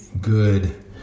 good